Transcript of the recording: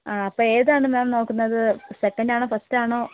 ആ അപ്പം ഏതാണ് മാം നോക്കുന്നത് സെക്കൻഡ് ആണോ ഫസ്റ്റ് ആണോ